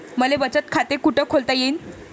मले बचत खाते कुठ खोलता येईन?